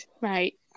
right